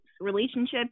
relationships